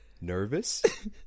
nervous